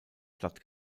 stadt